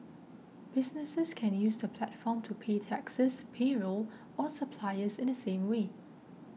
businesses can use the platform to pay taxes payroll or suppliers in the same way